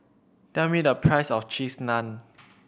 tell me the price of Cheese Naan